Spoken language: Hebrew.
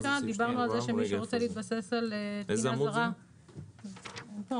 דיברנו על זה שמי שרוצה להתבסס על תקינה זרה --- מה זה